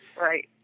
Right